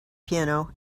piano